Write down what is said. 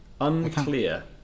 unclear